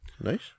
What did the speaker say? nice